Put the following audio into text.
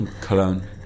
Cologne